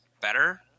better